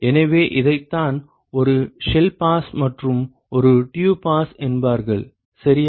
எனவே இதைத்தான் ஒரு ஷெல் பாஸ் மற்றும் ஒரு டியூப் பாஸ் என்பார்கள் சரியா